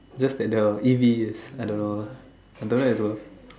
just like the easiest I don't know ah I don't know it's worth